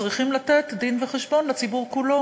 צריכים לתת דין-וחשבון לציבור כולו,